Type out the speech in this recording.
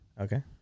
Okay